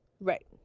Right